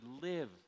live